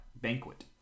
banquet